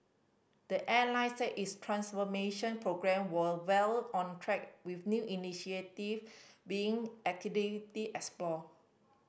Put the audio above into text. the airline said its transformation programme were well on track with new initiative being activity explored